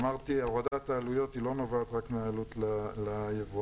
אמרתי שהורדת העלויות לא נובעת רק מהעלות ליבואן,